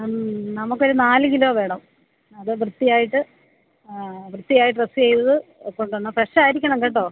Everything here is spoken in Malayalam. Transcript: മ് നമുക്കൊരു നാല് കിലോ വേണം അത് വൃത്തിയായിട്ട് വൃത്തിയായി ഡ്രസ് ചെയ്ത് കൊണ്ടുവരണം ഫ്രെഷായിരിക്കണം കേട്ടോ